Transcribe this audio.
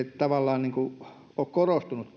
tavallaan ole korostunut